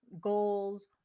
goals